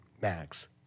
Max